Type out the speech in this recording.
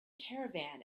caravan